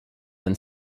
than